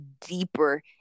deeper